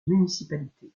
municipalité